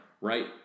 Right